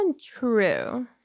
True